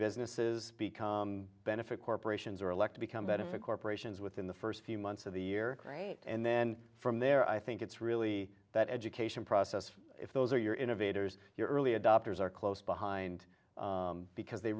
businesses become benefit corporations or elect to become better for corporations within the first few months of the year right and then from there i think it's really that education process if those are your innovators your early adopters are close behind because they